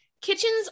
kitchens